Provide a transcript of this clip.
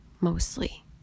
mostly